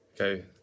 Okay